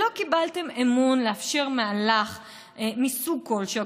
ולא קיבלתם אמון לאפשר מהלך מסוג כלשהו